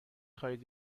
خواهید